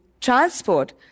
transport